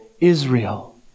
Israel